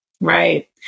Right